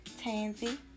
Tansy